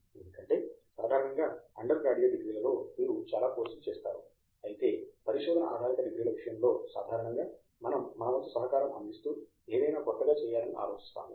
ఎందుకంటే సాధారణంగా undergraduate డిగ్రీలలో మీరు చాలా కోర్సులు చేస్తారు అయితే పరిశోధన ఆధారిత డిగ్రీల విషయములో సాధారణంగా మనం మన వంతు సహకారం అందిస్తూ ఏదైనా క్రొత్తగా చేయాలని ఆలోచిస్తాము